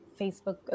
Facebook